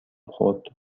خورد